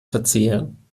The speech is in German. verzehren